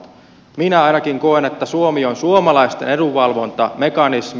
minä ainakin koen että suomi on suomalaisten edunvalvontamekanismi